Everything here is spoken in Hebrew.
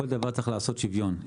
בכל דבר צריך לעשות שוויון,